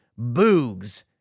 Boogs